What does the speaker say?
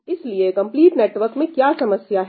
इसलिए complete network में क्या समस्या है